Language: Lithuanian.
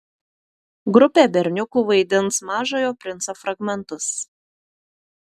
grupė berniukų vaidins mažojo princo fragmentus